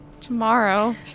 tomorrow